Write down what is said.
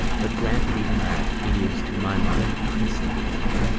but granted even that, it is, to my mind, a princely failing,